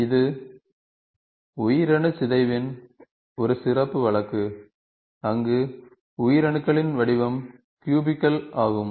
இது உயிரணு சிதைவின் ஒரு சிறப்பு வழக்கு அங்கு உயிரணுக்களின் வடிவம் க்யூபிகல் ஆகும்